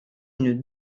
une